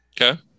Okay